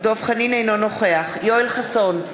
אינו נוכח יואל חסון,